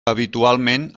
habitualment